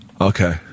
Okay